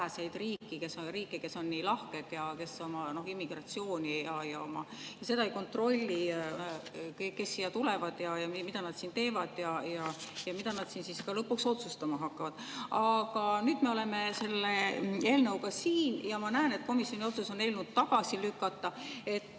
riike, kes on nii lahked ja kes oma immigratsiooni ja seda, kes siia tulevad ja mida nad siin teevad ja mida nad ka lõpuks otsustama hakkavad, ei kontrolli. Aga nüüd me oleme selle eelnõuga siin ja ma näen, et komisjoni otsus on eelnõu tagasi lükata.